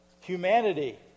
humanity